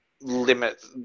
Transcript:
limits